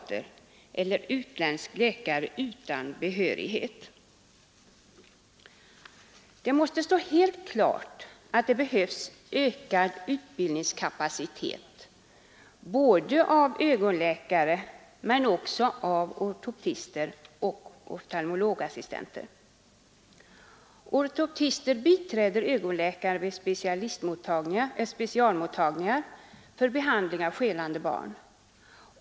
eller utländsk läkare utan behörighet. Det måste stå helt klart att det behövs ökad utbildningskapacitet när det gäller ögonläkare men också i fråga om ortoptister och oftalmologassistenter. Ortoptister biträder ögonläkaren vid specialmottagningar för behandling av skelande barn.